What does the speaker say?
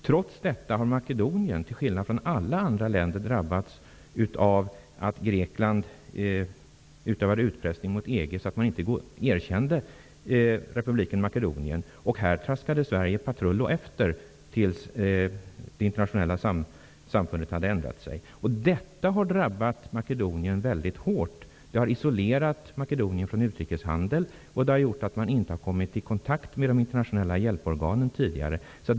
Trots detta har Makedonien, till skillnad från alla andra länder, drabbats av att Grekland utövade utpressning mot EG så att man inte erkände republiken Makedonien. Här traskade Sverige patrull och efter till dess att det internationella samfundet hade ändrat sig. Detta har drabbat Makedonien mycket hårt. Det har isolerat Makedonien från utrikeshandel. Det har gjort att de inte har kommit i kontakt med de internationella hjälporganen tidigare.